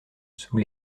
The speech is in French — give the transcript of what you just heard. sous